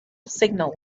signal